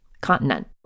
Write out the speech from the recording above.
continent